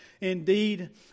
indeed